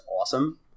awesome